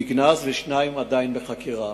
נגנז ושניים עדיין בחקירה.